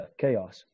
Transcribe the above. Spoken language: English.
Chaos